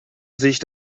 sich